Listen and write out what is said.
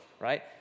Right